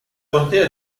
contea